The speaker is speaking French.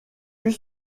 eut